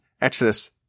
Exodus